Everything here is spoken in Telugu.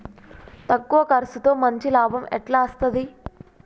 తక్కువ కర్సుతో మంచి లాభం ఎట్ల అస్తది?